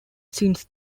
since